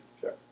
Sure